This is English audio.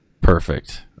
Perfect